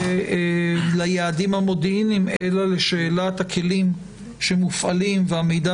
היעדים המודיעיניים אלא על שאלת הכלים שמופעלים והמידע